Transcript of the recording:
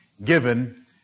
given